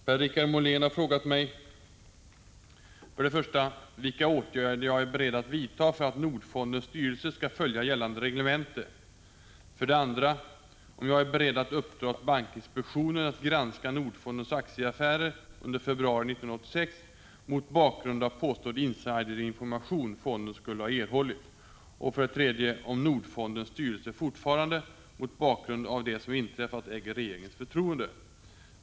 Herr talman! Per-Richard Molén har frågat mig 1. vilka åtgärder jag är beredd att vidta för att Nordfondens styrelse skall följa gällande reglemente, 2. om jag är beredd att uppdra åt bankinspektionen att granska Nordfondens aktieaffärer under februari 1986 mot bakgrund av att påstådd insiderinformation som fonden skulle ha erhållit, och 3. om Nordfondens styrelse fortfarande, mot bakgrund av det som inträffat, äger regeringens förtroende.